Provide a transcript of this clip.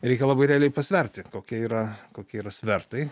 reikia labai realiai pasverti kokia yra kokie yra svertai